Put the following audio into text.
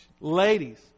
Ladies